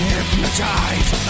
Hypnotize